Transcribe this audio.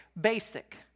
Basic